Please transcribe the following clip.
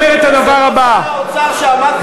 שר האוצר שעמד פה?